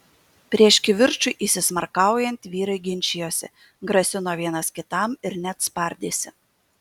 prieš kivirčui įsismarkaujant vyrai ginčijosi grasino vienas kitam ir net spardėsi